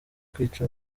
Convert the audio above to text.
kwica